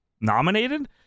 nominated